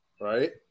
right